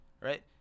right